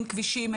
אין כבישים,